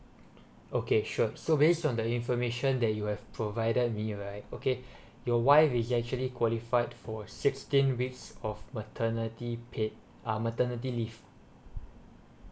okay sure so based on the information that you have provided me right okay your wife is actually qualify for sixteen weeks of maternity paid uh maternity leave